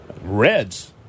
Reds